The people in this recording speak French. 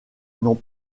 n’ont